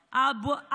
ביותר.